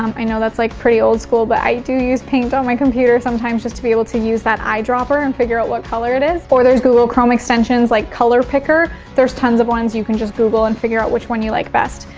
um i know that's like pretty old school but i do use paint on my computer sometimes just to be able to use that eyedropper and figure out what color it is. or there's google chrome extensions like color picker. there's tons of ones you can just google and figure out which one you like best.